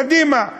קדימה.